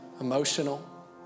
emotional